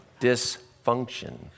dysfunction